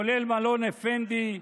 כולל מלון אפנדי,